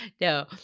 No